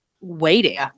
waiting